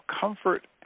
comfort